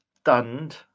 stunned